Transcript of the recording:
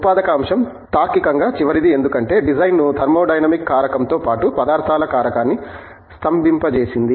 ఉత్పాదక అంశం తార్కికంగా చివరిది ఎందుకంటే డిజైన్ను థర్మోడైనమిక్ కారకంతో పాటు పదార్థాల కారకాన్ని స్తంభింపజేసింది